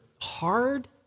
hard